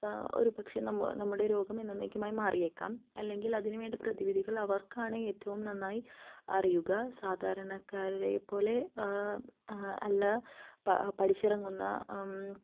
ഒരു പക്ഷെ നമ്മുടെ രോഗം എന്നെന്നേക്കുമായി മാറിയേക്കാം അല്ലെങ്കില് അതിനുവേണ്ടി പ്രതിവിധികള് അവര്ക്കാണ് ഏറ്റവും നന്നായി അറിയുക സാധാരണക്കാരെപ്പോലെ അല്ല പഠിച്ചിറങ്ങുന്ന